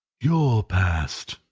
your past.